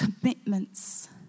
commitments